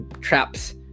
traps